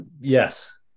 Yes